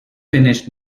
finished